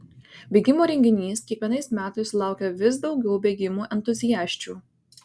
bėgimo renginys kiekvienais metais sulaukia vis daugiau bėgimo entuziasčių